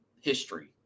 history